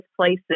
places